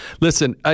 Listen